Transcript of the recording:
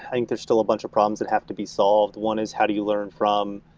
i think there's still a bunch of problems that have to be solved. one is how do you learn from